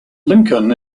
lincoln